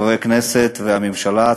חברי הכנסת והממשלה,